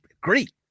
Great